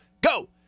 Go